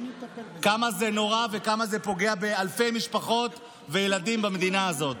כמה זה נורא וכמה זה פוגע באלפי משפחות וילדים במדינה הזאת.